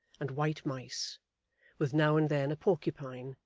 and white mice with now and then a porcupine,